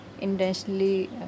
intentionally